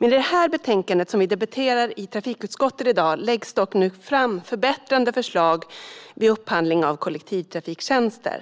I det betänkande från trafikutskottet som vi nu debatterar läggs det dock fram förbättrande förslag när det gäller upphandling av kollektivtrafiktjänster.